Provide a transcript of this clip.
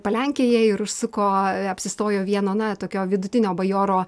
palenkėje ir užsuko apsistojo vieno na tokio vidutinio bajoro